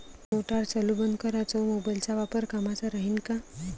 Motor चालू बंद कराच मोबाईलचा वापर कामाचा राहीन का?